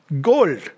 gold